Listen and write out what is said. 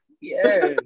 yes